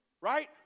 right